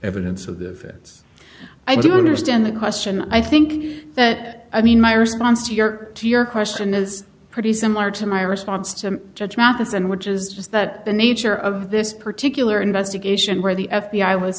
evidence of the fence i do understand the question i think that i mean my response to your to your question is pretty similar to my response to judge matheson which is just that the nature of this particular investigation where the f b i was